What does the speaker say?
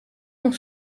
nog